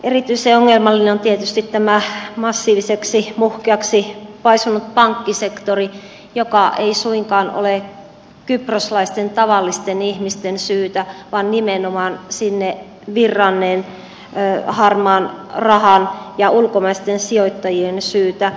erityisen ongelmallinen on tietysti tämä massiiviseksi muhkeaksi paisunut pankkisektori joka ei suinkaan ole tavallisten kyproslaisten ihmisten syytä vaan nimenomaan sinne virranneen harmaan rahan ja ulkomaisten sijoittajien syytä